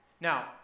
Now